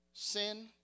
Sin